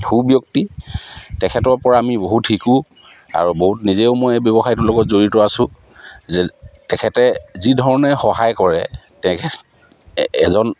সুব্যক্তি তেখেতৰপৰা আমি বহুত শিকোঁ আৰু বহুত নিজেও মই এই ব্যৱসায়টোৰ লগত জড়িত আছোঁ যে তেখেতে যিধৰণে সহায় কৰে তেখেত এজন